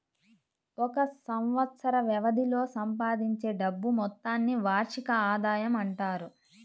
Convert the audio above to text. ఒక సంవత్సరం వ్యవధిలో సంపాదించే డబ్బు మొత్తాన్ని వార్షిక ఆదాయం అంటారు